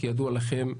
כידוע לכם,